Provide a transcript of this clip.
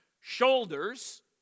shoulders